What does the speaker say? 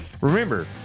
Remember